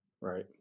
Right